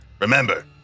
Remember